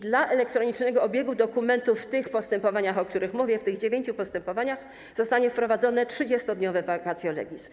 Dla elektronicznego obiegu dokumentów w tych postępowaniach, o których mówię, w tych dziewięciu postępowaniach, zostanie wprowadzone 30-dniowe vacatio legis.